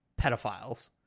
pedophiles